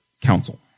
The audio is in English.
council